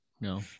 No